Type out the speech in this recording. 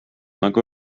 nagu